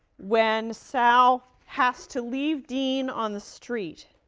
when sal has to leave dean on the street,